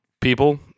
people